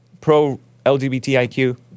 pro-LGBTIQ